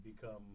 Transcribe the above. become